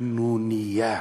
קנוניה.